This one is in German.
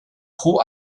pro